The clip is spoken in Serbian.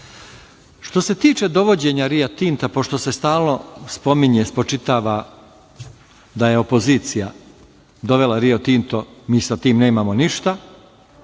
se tiče dovođenja "Rio Tinta", pošto se stalno spominje, spočitava da je opozicija dovela "Rio Tinto", mi sa tim nemamo ništa.